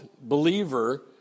believer